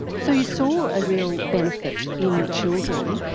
so you saw a real benefit in the children.